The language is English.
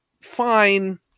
Fine